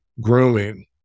grooming